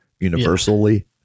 universally